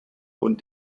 und